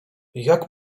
jak